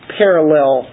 parallel